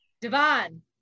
Devon